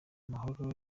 mahoro